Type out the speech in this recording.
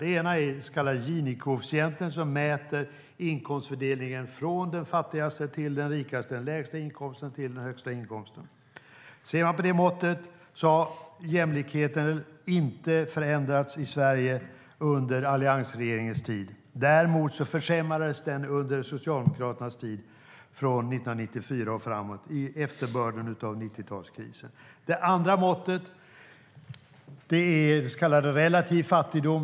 Det ena är den så kallade Gini-koefficienten, som mäter inkomstfördelningen från den fattigaste till den rikaste, från den lägsta inkomsten till den högsta inkomsten. Enligt det måttet har jämlikheten inte förändrats i Sverige under alliansregeringens tid. Däremot försämrades den under Socialdemokraternas tid från 1994 och framåt i efterbörden av 90-talskrisen. Det andra måttet är så kallad relativ fattigdom.